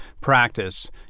practice